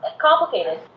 complicated